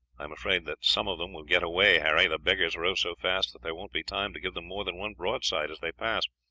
i am afraid that some of them will get away, harry. the beggars row so fast that there won't be time to give them more than one broadside as they pass.